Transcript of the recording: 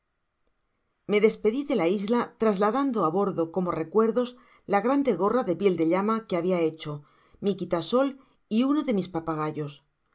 me despedi de la isla trasladando á bordo como recuerdos la grande gorra de piel de llama que habia hecho mi quitasol y uno de mis papagayos no